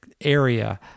area